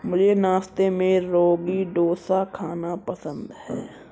मुझे नाश्ते में रागी डोसा खाना पसंद है